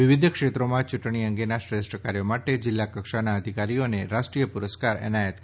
વિવિધ ક્ષેત્રોમાં ચૂંટણી અંગેના શ્રેષ્ઠ કાર્યો માટે જિલ્લા કક્ષાના અધિકારીઓને રાષ્ટ્રીય પુરસ્કાર એનાયત કરવામાં આવશે